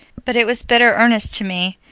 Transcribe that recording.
but it was bitter earnest to me,